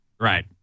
Right